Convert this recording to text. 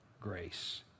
grace